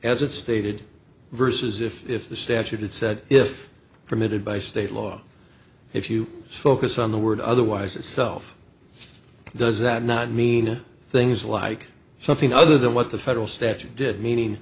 it stated versus if the statute it said if permitted by state law if you focus on the word otherwise itself does that not mean things like something other than what the federal statute did meani